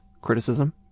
criticism